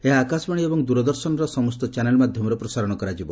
ଏହା ଆକାଶବାଣୀ ଏବଂ ଦୂରଦର୍ଶନର ସମସ୍ତ ଚ୍ୟାନେଲ୍ ମାଧ୍ୟମରେ ପ୍ରସାରଣ କରାଯିବ